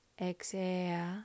Exhale